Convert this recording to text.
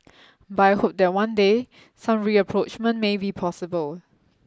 but I hope that one day some rapprochement may be possible